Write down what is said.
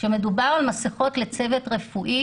כשמדובר על מסכות לצוות רפואי